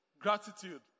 gratitude